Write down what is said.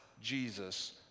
Jesus